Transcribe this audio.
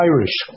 Irish